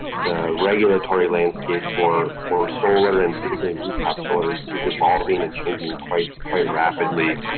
the regulatory landscape for for solar and particularly rooftop solar is is evolving and changing quite quite rapidly,